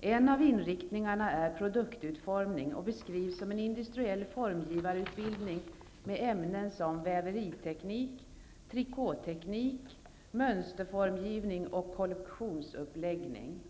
En av inriktningarna är produktutformning och beskrivs som en industriell formgivarutbildning med ämnen som väveriteknik, trikåteknik, mönsterformgivning och kollektionsuppläggning.